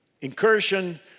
incursion